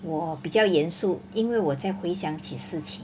我比较严肃因为我在回想起事情